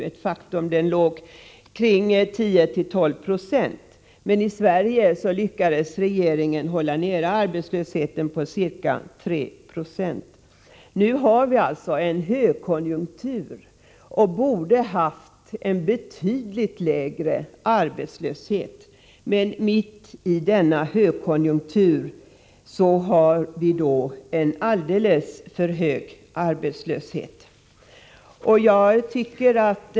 Arbetslösheten i andra länder låg kring 10-12 20, men i Sverige lyckades regeringen hålla den nere på ca 3 9. Nu är vi inne i en högkonjunktur och borde ha haft en betydligt lägre arbetslöshet. Men mitt i denna högkonjunktur är arbetslösheten alldeles för hög.